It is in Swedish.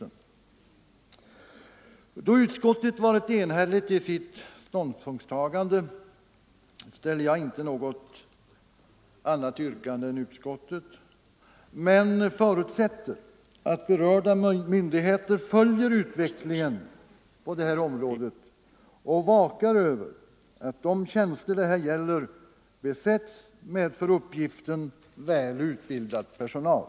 Eftersom utskottets ståndpunktstagande är enhälligt har jag inte något annat yrkande än utskottet men förutsätter att berörda myndigheter följer utvecklingen på detta område och vakar över att de tjänster som det här gäller besätts med för uppgiften väl utbildad personal.